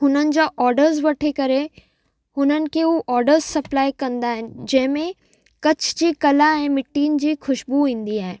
हुननि जा ऑडर्स वठी करे हुननि खे हू ऑडर्स सप्लाए कंदा आहिनि जंहिंमें कच्छ जी कला ऐं मिट्टिन जी खुशबू ईंदी आहे